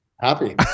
Happy